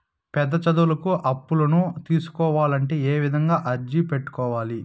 పెద్ద చదువులకు అప్పులను తీసుకోవాలంటే ఏ విధంగా అర్జీ పెట్టుకోవాలి?